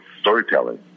storytelling